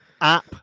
App